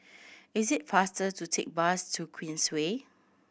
it is faster to take bus to Queensway